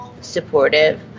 supportive